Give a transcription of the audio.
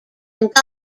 got